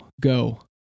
Go